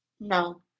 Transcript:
no